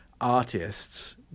artists